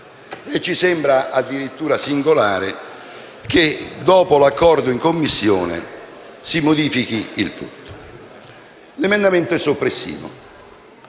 Ci sembra addirittura singolare che, dopo l'accordo in Commissione, si modifichi il tutto. L'emendamento 1.200 è soppressivo.